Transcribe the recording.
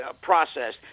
process